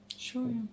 Sure